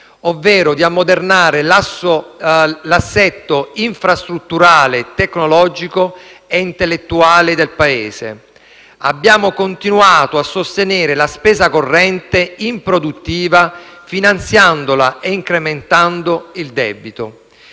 ovvero di ammodernare l'assetto infrastrutturale, tecnologico e intellettuale del Paese. Abbiamo continuato a sostenere la spesa corrente improduttiva, finanziandola e incrementando il debito.